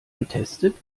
getestet